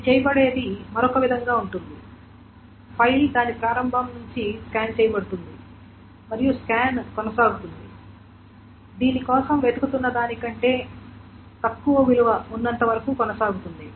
ఇది చేయబడుతున్నది మరొక విధంగా ఉంది ఫైల్ దాని ప్రారంభం నుండి స్కాన్ చేయబడుతుంది మరియు స్కాన్ కొనసాగుతుంది దీని కోసం వెతుకుతున్న దాని కంటే తక్కువ విలువ ఉన్నంత వరకు కొనసాగుతుంది